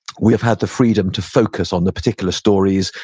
we have had the freedom to focus on the particular stories,